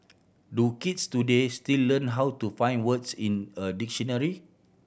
do kids today still learn how to find words in a dictionary